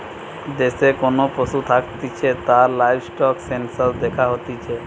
দেশে কোন পশু থাকতিছে তার লাইভস্টক সেনসাস দ্যাখা হতিছে